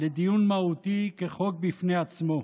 לדיון מהותי כחוק בפני עצמו.